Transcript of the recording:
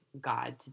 God